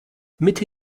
mitte